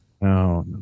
No